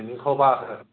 তিনিশৰ পৰা আছে